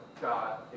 God